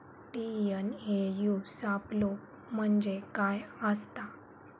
TNAU सापलो म्हणजे काय असतां?